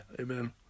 Amen